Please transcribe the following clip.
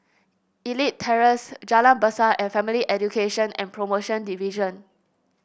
Elite Terrace Jalan Besar and Family Education and Promotion Division